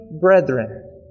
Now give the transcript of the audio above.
brethren